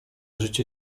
życie